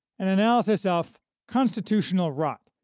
an analysis of constitutional rot,